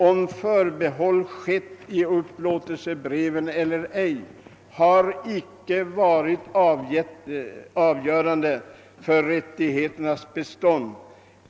Om förbehåll skett i upplåtelsebreven eller ej, har icke varit avgörande för rättigheternas bestånd.